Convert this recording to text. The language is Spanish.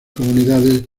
comunidades